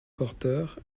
porteur